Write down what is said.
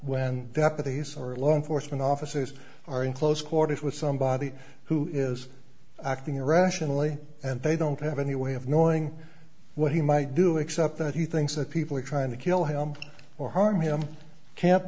when deputies or law enforcement officers are in close quarters with somebody who is acting irrationally and they don't have any way of knowing what he might do except that he thinks that people are trying to kill him or harm him ca